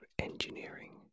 engineering